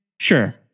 Sure